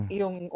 yung